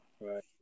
Right